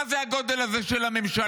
מה זה הגודל הזה של הממשלה?